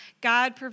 God